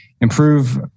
improve